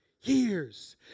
years